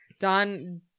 Don